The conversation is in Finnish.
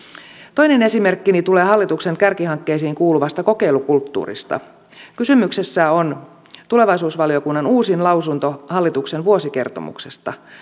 toinen esimerkkini tulee hallituksen kärkihankkeisiin kuuluvasta kokeilukulttuurista kysymyksessä on tulevaisuusvaliokunnan uusin lausunto hallituksen vuosikertomuksesta